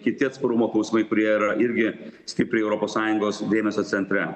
kiti atsparumo klausimai kurie yra irgi stipriai europos sąjungos dėmesio centre